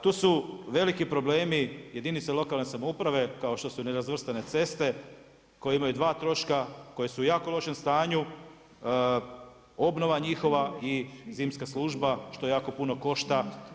Tu su veliki problemi jedinice lokalne samouprave kao što su nerazvrstane ceste koje imaju dva troška, koje su u jako lošem stanju, obnova njihova i zimska služba što jako puno košta.